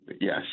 Yes